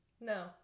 No